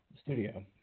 Studio